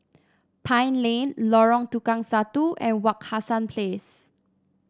Pine Lane Lorong Tukang Satu and Wak Hassan Place